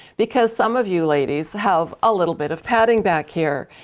because some of you ladies have a little bit of padding back here.